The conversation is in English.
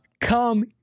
come